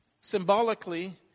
symbolically